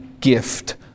gift